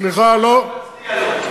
באמת כבוד גדול,